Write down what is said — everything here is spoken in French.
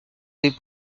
des